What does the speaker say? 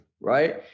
right